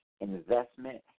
investment